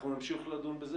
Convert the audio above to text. אנחנו נמשיך לדון בזה